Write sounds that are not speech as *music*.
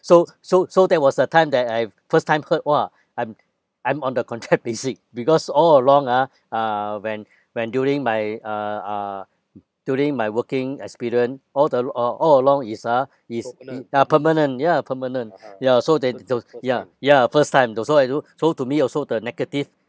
so so so that was the time that I first time heard !wah! I'm I'm on the contract *laughs* basis because all along ah uh when when during my uh uh during my working experience all the lo~ uh all along is ah is i~ ya permanent ya permanent ya so that that was ya ya first time though so I do so to me also the negative